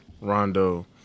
Rondo